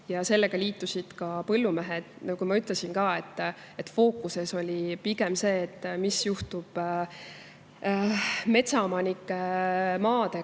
ja millega liitusid ka põllumehed. Nagu ma ütlesin, fookuses oli pigem see, et mis juhtub metsaomanike maadega,